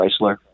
Chrysler